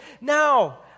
Now